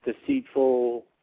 deceitful